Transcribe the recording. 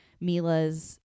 mila's